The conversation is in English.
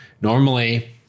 Normally